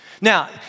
Now